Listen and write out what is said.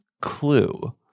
clue